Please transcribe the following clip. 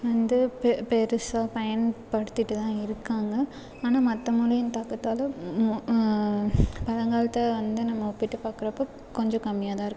வந்து பெருசாக பயன்படுத்திட்டு தான் இருக்காங்க ஆனால் மற்ற மொழியின் தாக்கத்தால் பழங்காலத்த வந்து நம்ம ஒப்பிட்டு பாக்கிறப்போ கொஞ்சம் கம்மியாக தான் இருக்கு